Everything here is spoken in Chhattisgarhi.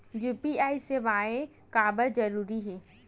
यू.पी.आई सेवाएं काबर जरूरी हे?